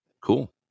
cool